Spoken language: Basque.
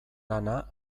lana